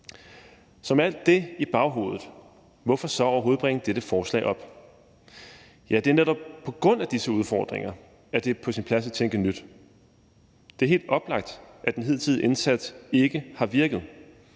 med alt det i baghovedet, hvorfor så overhovedet bringe dette forslag op? Ja, det er netop på grund af disse udfordringer, at det er på sin plads at tænke nyt. Det er helt oplagt, at den hidtidige indsats ikke har virket.